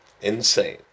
Insane